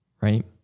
right